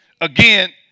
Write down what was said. Again